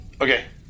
Okay